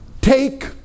take